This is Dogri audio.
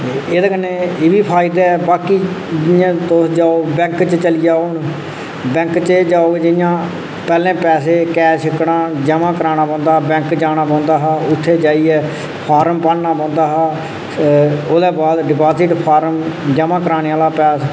एह्दे कन्नै एह् बी फायदे हैन बाकी जि'यां तुस जाओ बैंक च चली जाओ बैंक च जाओ जि'यां पैह्ले पैसे कैश कड्ढान जमां कराना पौंदा हा बैंक जाना पौंदा हा उत्थै जाइयै फार्म भरना पौंदा हा ओह्दे बाद डिपॉज़िट च जेह्काै फार्म जमां कराने आह्ला